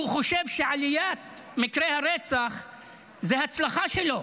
חושב שעליית מקרי הרצח זו הצלחה שלו,